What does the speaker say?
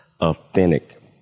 authentic